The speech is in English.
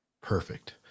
Perfect